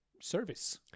service